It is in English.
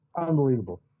Unbelievable